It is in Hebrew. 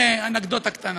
אנקדוטה קטנה.